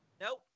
Nope